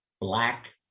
Black